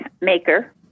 maker